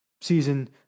season